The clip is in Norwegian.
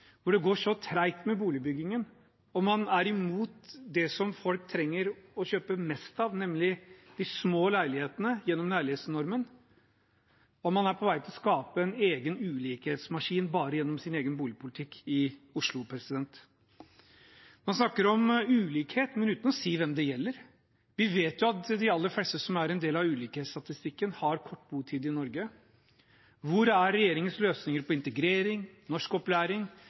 hvor det går så tregt med boligbyggingen og man er imot det som folk trenger å kjøpe mest av – nemlig de små leilighetene – gjennom leilighetsnormen. Man er på vei til å skape en egen ulikhetsmaskin bare gjennom sin egen boligpolitikk i Oslo. Man snakker om ulikhet, men uten å si hvem det gjelder. Vi vet jo at de aller fleste som er en del av ulikhetsstatistikken, har kort botid i Norge. Hvor er regjeringens løsninger på integrering, norskopplæring